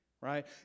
right